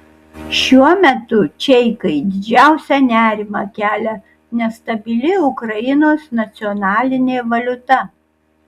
šiuo metu čeikai didžiausią nerimą kelia nestabili ukrainos nacionalinė valiuta